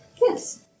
Yes